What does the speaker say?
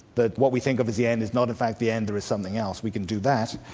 that what we think of as the end is not in fact the end, there is something else we can do that.